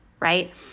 right